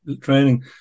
training